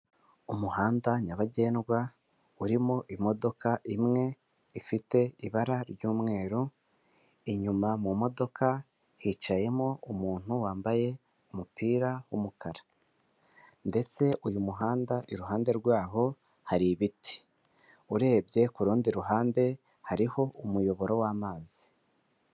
Umuhanda nyabagendwa, urimo imodoka imwe ifite ibara ry'umweru, inyuma mu modoka hicayemo umuntu wambaye umupira w'umukara, ndetse uyu muhanda iruhande rwawo hari ibiti. Urebye kurundi ruhande, hariho umuyoboro w'amazi.